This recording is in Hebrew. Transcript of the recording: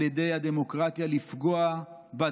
על ידי הדמוקרטיה, לפגוע בדמוקרטיה,